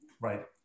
Right